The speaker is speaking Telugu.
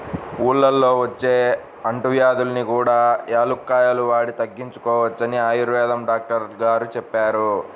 ఊళ్ళల్లో వచ్చే అంటువ్యాధుల్ని కూడా యాలుక్కాయాలు వాడి తగ్గించుకోవచ్చని ఆయుర్వేదం డాక్టరు గారు చెప్పారు